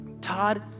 Todd